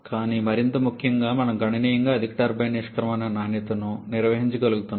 కానీ మరింత ముఖ్యంగా మనము గణనీయంగా అధిక టర్బైన్ నిష్క్రమణ నాణ్యతను నిర్వహించగలుగుతున్నాము